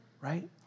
right